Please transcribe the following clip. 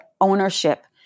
ownership